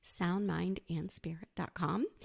soundmindandspirit.com